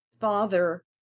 father